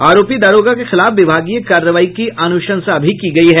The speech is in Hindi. आरोपी दारोगा के खिलाफ विभागीय कार्रवाई की अनुशंसा भी की गयी है